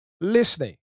listening